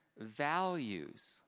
values